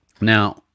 Now